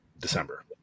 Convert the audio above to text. december